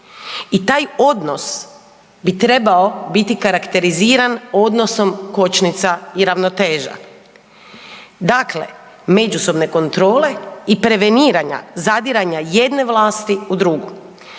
i taj odnos bi trebao biti karakteriziran odnosom kočnica i ravnoteža. Dakle, međusobne kontrole i preveniranja zadiranja jedne vlasti u drugu.